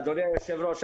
אדוני היושב-ראש,